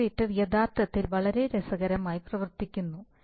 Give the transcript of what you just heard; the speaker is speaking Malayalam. ഇന്റഗ്രേറ്റർ യഥാർത്ഥത്തിൽ വളരെ രസകരമായി പ്രവർത്തിക്കുന്നു